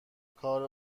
کار